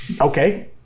Okay